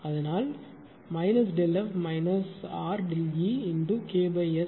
அதனால் ΔF RΔE × KS